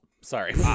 sorry